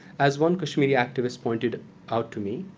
as one kashmiri activist pointed out to me,